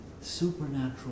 supernatural